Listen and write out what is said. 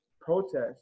protests